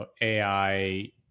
AI